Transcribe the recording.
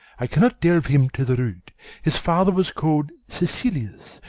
i cannot delve him to the root his father was call'd sicilius,